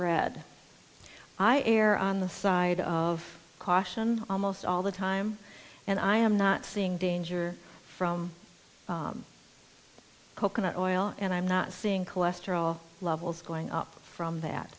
read i err on the side of caution almost all the time and i am not seeing danger from coconut oil and i'm not seeing cholesterol levels going up from that